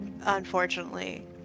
unfortunately